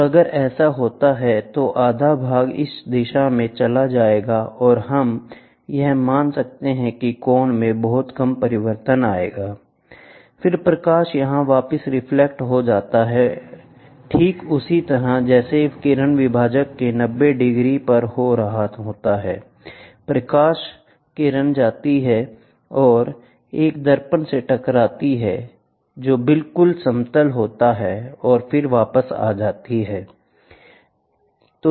और अगर ऐसा होता है तो आधा भाग इस दिशा में चला जाएगा और हम यह मान सकते हैं कि कोण में बहुत कम परिवर्तन आएगा I फिर प्रकाश यहाँ वापस रिफ्लेक्ट हो जाता है ठीक उसी तरह जैसे किरण विभाजक के 90 डिग्री पर हो रहा होता है प्रकाश किरण जाती है और एक दर्पण से टकराती है जो बिल्कुल समतल होती है और फिर वापस आती है